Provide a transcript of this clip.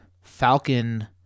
Falcon